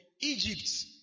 Egypt